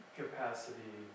capacity